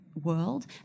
World